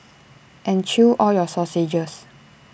and chew all your sausages